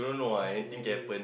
us to marry